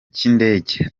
cy’indege